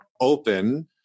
open